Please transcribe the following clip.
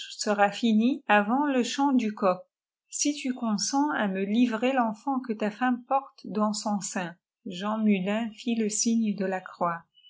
sera finie avafiti le éharit kr ewf ëjtu consens à me livrer tenfant que ta femme pwté âhhi son sçin jean mullin fit le signe de la croix